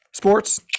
Sports